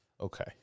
Okay